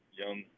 young